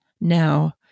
now